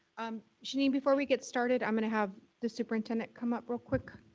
um shanine, before we get started, i'm gonna have the superintendent come up real quick.